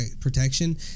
protection